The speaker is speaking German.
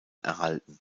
erhalten